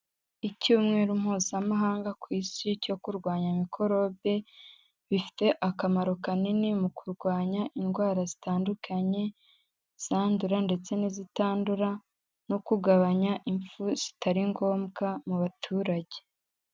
Icyumweru mpuzamahanga ku Isi cyo kurwanya mikorobe, bifite akamaro kanini mu kurwanya indwara zitandukanye, izandura ndetse n'izitandura, no kugabanya impfu zitari ngombwa mu baturage.